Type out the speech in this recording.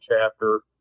chapter